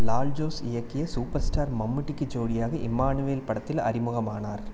லால் ஜோஸ் இயக்கிய super star மம்முட்டிக்கு ஜோடியாக இம்மானுவேல் படத்தில் அறிமுகமானார்